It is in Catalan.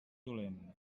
dolent